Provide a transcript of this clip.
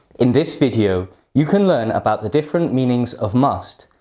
in this video, you can learn about the different meanings of must,